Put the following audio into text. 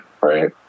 right